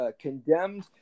condemned